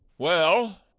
well?